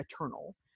eternal